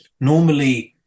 Normally